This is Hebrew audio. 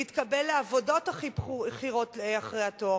להתקבל לעבודות בכירות אחרי התואר,